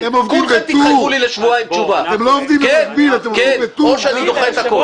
שכולכם תתחייבו לי לשבועיים תשובה או שאני דוחה את הכול.